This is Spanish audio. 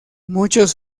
muchos